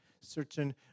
certain